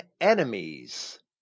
enemies